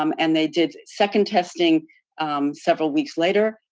um and they did second testing several weeks later,